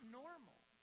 normal